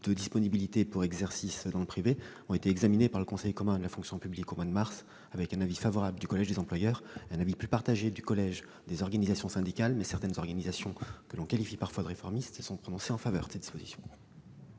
de disponibilité pour exercice dans le privé ont été examinées par le Conseil commun de la fonction publique, au moins de mars, avec un avis favorable du collège des employeurs et un avis plus partagé du collège des organisations syndicales, certaines organisations parfois qualifiées de réformistes s'étant toutefois prononcées en faveur de ces dispositions.